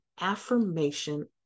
affirmation